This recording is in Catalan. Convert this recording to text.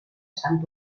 sant